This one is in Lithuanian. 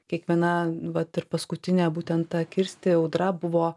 kiekviena vat ir paskutinė būtent ta kirsti audra buvo